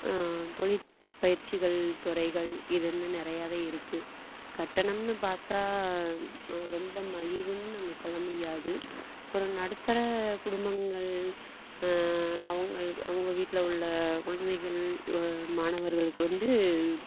தொழிற்பயிற்சிகள் துறைகள் இதெல்லாம் நிறையாவே இருக்குது கட்டணம்னு பார்த்தா ரொம்ப மலிவுன்னு நம்ப சொல்ல முடியாது ஒரு நடுத்தர குடும்பங்கள் அவங்க அவங்க வீட்டில் உள்ள குழந்தைகள் மாணவர்களுக்கு வந்து